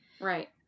Right